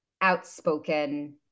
outspoken